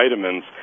vitamins